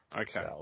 Okay